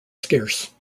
scarce